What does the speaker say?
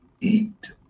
eat